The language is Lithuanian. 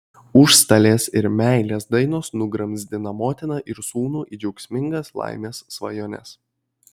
užstalės ir meilės dainos nugramzdina motiną ir sūnų į džiaugsmingas laimės svajones